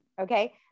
okay